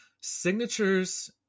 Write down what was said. signatures